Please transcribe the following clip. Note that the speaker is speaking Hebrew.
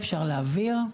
אפשר להעביר.